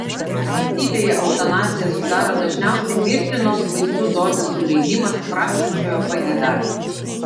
aktyviąją eutanaziją sudaro dažniausiai mirtinos vaistų dozės suleidimas prašančiojo pageidavimu